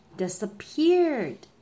disappeared